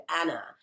Anna